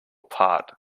part